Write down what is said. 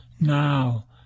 now